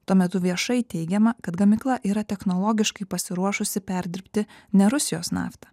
tuo metu viešai teigiama kad gamykla yra technologiškai pasiruošusi perdirbti ne rusijos naftą